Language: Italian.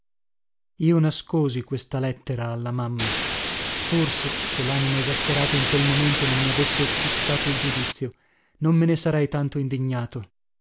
io nascosi questa lettera alla mamma forse se lanimo esasperato in quel momento non mi avesse offuscato il giudizio non me ne sarei tanto indignato